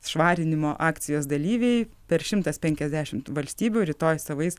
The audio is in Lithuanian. švarinimo akcijos dalyviai per šimtas penkiasdešimt valstybių rytoj savais